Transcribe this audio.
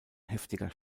heftiger